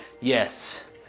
Yes